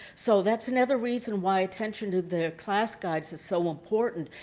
so that's another reason why attention to the class guides is so important.